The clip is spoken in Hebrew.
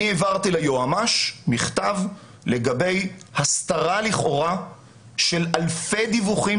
אני העברתי ליועץ המשפטי מכתב לגבי הסתרה לכאורה של אלפי דיווחים